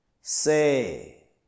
Say